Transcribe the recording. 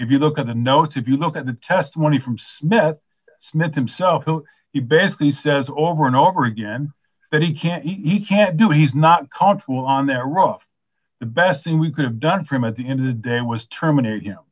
if you look at the notes if you look at the testimony from smith smith himself he basically says over and over again that he can't eat can't do he's not confortable on that rough the best thing we could have done for him at the end of the day was terminate you know